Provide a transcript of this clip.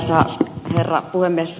arvoisa herra puhemies